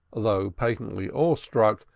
though patently awe-struck,